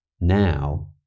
now